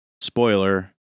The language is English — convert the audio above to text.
Spoiler